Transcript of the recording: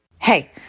Hey